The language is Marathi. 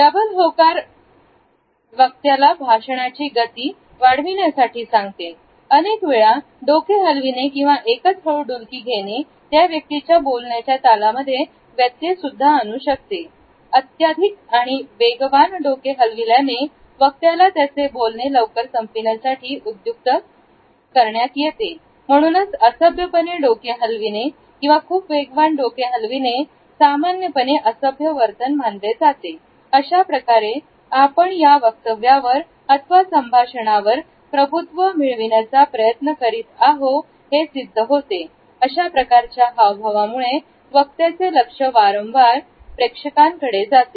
डबल होकार वक्त्याला भाषणाचे गती वाढविण्यासाठी सांगते अनेक वेळा डोके हलविणे किंवा एकच हळू डुलकी घेणे त्या व्यक्तीच्या बोलण्याच्या तालामध्ये व्यत्यय आणू शकते अत्याधिक आणि वेगवान डोके हलवल्याने वक्त्याला त्याचे बोलणे लवकर संपविण्यासाठी उद्युक्त करते म्हणूनच अ सभ्यपणे डोके हलविणे किंवा खूप वेगवान डोके हलवणे सामान्यपणे असभ्य वर्तन मानले जाते अशाप्रकारे आपण या वक्तव्यावर अथवा संभाषणावर प्रभुत्व मिळवण्याचा प्रयत्न करीत आहोत हे सिद्ध होते अशाप्रकारच्या हावभावांमुळे वक्त्याचे लक्ष वारंवार प्रेक्षक आकडे जाते